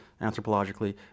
anthropologically